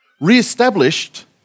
Re-established